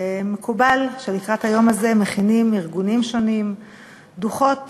ומקובל שלקראת היום הזה מכינים ארגונים שונים דוחות